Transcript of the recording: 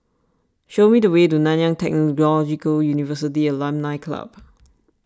show me the way to Nanyang Technological University Alumni Club